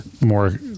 more